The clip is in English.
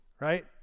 Right